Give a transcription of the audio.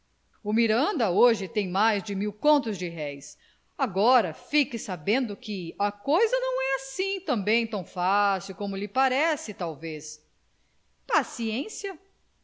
miranda hoje tem para mais de mil contos de réis agora fique sabendo que a coisa não é assim também tão fácil como lhe parece talvez paciência